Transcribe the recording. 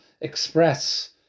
express